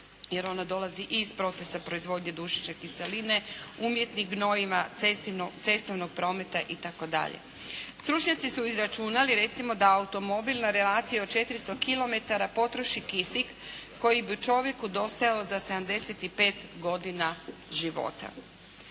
jer ona dolazi i iz procesa proizvodnje dušične kiseline, umjetnih gnojiva, cestovnog prometa itd. Stručnjaci su izračunali recimo da automobil na relaciji od 400 km potroši kisik koji bi čovjeku dostajao za 75 godina života.